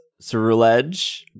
cerulege